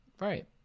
right